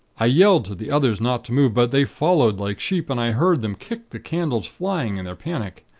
i yelled to the others not to move but they followed like sheep, and i heard them kick the candles flying in their panic.